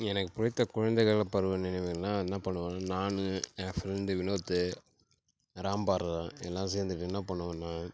எனக்கு பிடித்த குழந்தைகள் பருவ நினைவுகள்னா என்ன பண்ணுவேனா நான் ஏன் ஃப்ரெண்டு வினோத்து ராம்பாரதன் எல்லாரும் சேர்ந்துட்டு என்ன பண்ணுவோன்னா